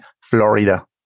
Florida